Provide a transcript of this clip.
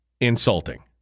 insulting